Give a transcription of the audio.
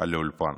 על האולפן.